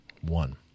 One